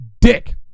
dick